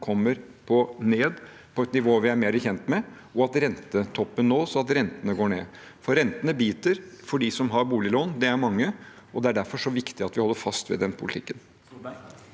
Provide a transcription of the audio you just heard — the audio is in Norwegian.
kommer ned på et nivå vi er mer kjent med, og at rentetoppen nås sånn at rentene går ned. For rentene biter for dem som har boliglån – det er mange – og det er derfor så viktig at vi holder fast ved den politikken.